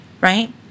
right